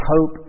hope